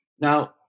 now